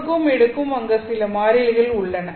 கொடுக்கவும் எடுக்கவும் அங்கு சில மாறிலிகள் உள்ளன